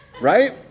right